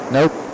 Nope